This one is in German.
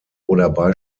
oder